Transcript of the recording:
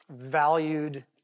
valued